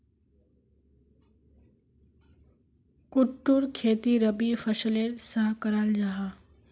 कुट्टूर खेती रबी फसलेर सा कराल जाहा